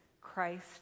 Christ